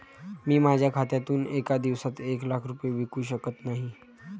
मी माझ्या खात्यातून एका दिवसात एक लाख रुपये विकू शकत नाही